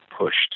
pushed